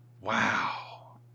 Wow